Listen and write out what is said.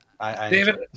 David